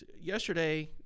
yesterday